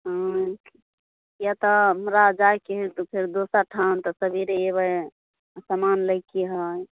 हँ किआ तऽ हमरा जायके है तऽ फेर दोसर ठाम तऽ सवेरे अयबै समान लैके है